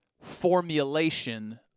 formulation